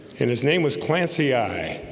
and his name was clancy i